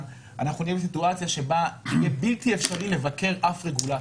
אנחנו נהיה בסיטואציה שבה יהיה בלתי אפשרי לבקר אף רגולטור.